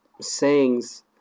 sayings